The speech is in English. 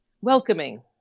welcoming